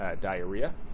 diarrhea